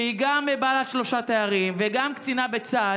שהיא גם בעלת שלושה תארים וגם קצינה בצה"ל,